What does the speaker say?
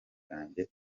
bwanjye